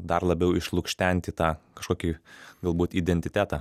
dar labiau išlukštenti tą kažkokį galbūt identitetą